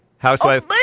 Housewife